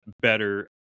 better